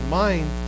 mind